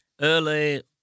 early